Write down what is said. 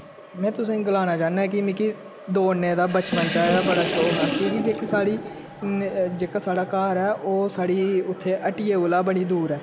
में तुसेंई गलाना चाहन्नां ऐ कि मिकी दौड़ने दा बचपन चा गै बड़ा शौक हा कि कि जेह्की साढ़ी जेह्का साढ़ा घर ऐ ओह् साढ़ी उत्थें हट्टियै कोला बड़ी दूर ऐ